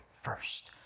first